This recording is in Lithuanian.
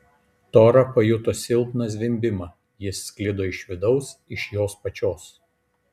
tora pajuto silpną zvimbimą jis sklido iš vidaus iš jos pačios